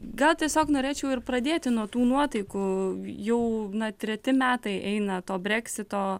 gal tiesiog norėčiau ir pradėti nuo tų nuotaikų jau treti metai eina to breksito